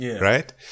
right